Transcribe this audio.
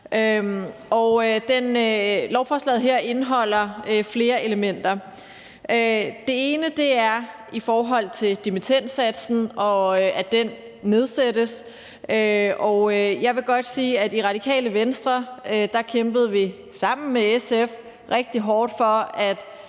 lovforslaget her indeholder flere elementer. Det ene er, at dimittendsatsen nedsættes, og jeg vil godt sige, at i Radikale Venstre kæmpede vi sammen med SF rigtig hårdt for,